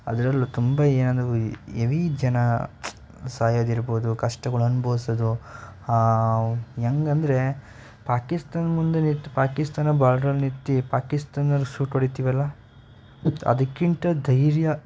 ಅದರಲ್ಲೂ ತುಂಬ ಏನೆಂದ್ರು ಈ ಎವೀ ಜನ ಸಾಯೋದಿರ್ಬೋದು ಕಷ್ಟಗಳು ಅನುಭವ್ಸೋದು ಹಾಂ ಹೆಂಗಂದ್ರೆ ಪಾಕಿಸ್ತಾನದ ಮುಂದೆ ನಿತ್ ಪಾಕಿಸ್ತಾನ ಬಾರ್ಡ್ರಲ್ಲಿ ನಿಂತು ಪಾಕಿಸ್ತಾನದಲ್ಲಿ ಶೂಟ್ ಹೊಡಿತೀವಲ್ಲ ಅದಕ್ಕಿಂತ ಧೈರ್ಯ